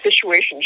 situation